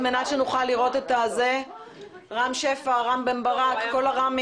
אנחנו לא ברוויזיה.